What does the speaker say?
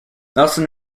nelson